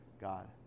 god